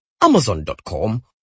amazon.com